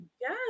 yes